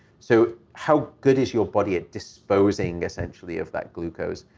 so how good is your body at disposing essentially of that glucose?